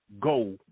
go